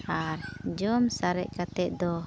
ᱟᱨ ᱡᱚᱢ ᱥᱟᱨᱮᱡ ᱠᱟᱛᱮᱫ ᱫᱚ